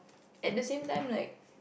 at the same time like